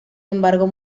embargo